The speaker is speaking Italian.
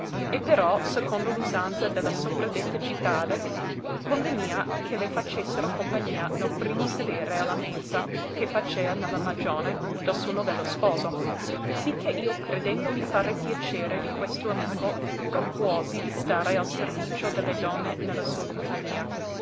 e però secondo l'usanza de la sopradetta cittade convenia che le facessero compagnia nel primo sedere a la mensa che facea ne la magione del suo novello sposo sì che io credendomi fare piacere di questo amico propuosi di stare al servigio de le donne ne la sua compagnia